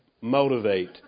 motivate